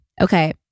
Okay